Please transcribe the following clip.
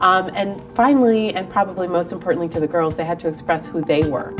and finally and probably most importantly to the girls they had to express who they were